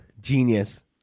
genius